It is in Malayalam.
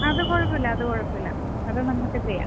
അത് കുഴപ്പമില്ല അത് കുഴപ്പമില്ല അത് നമുക്ക് ചെയ്യാം